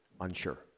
unsure